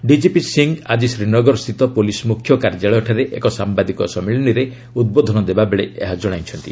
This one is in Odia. ଡିଜିପି ସି ଆଜି ଶ୍ରୀନଗରସ୍ଥିତ ପୁଲିସ୍ ମୁଖ୍ୟ କାର୍ଯ୍ୟାଳୟଠାରେ ଏକ ସାମ୍ବାଦିକ ସମ୍ମିଳନୀରେ ଉଦ୍ବୋଧନ ଦେଇ ଏହା ଜଣାଇଛନ୍ତି